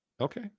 Okay